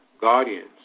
guardians